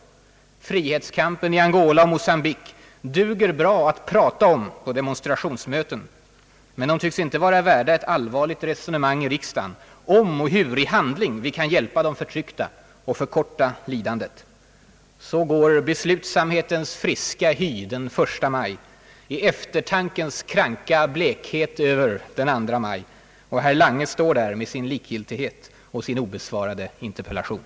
Frihetskampen i Angola och Mocambique duger bra att prata om på demonstrationsmöten. Men den tycks inte vara värd ett allvarligt resonemang i riksdagen om och hur vi i handling kan hjälpa de förtryckta och förkorta lidandet. Så går beslutsamhetens friska hy den 1 maj i eftertankens kranka blekhet över den 2 maj — och herr Lange står där med sin likgiltighet och sin obesvarade interpellation.